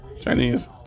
Chinese